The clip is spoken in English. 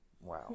wow